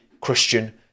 Christian